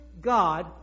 God